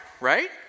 right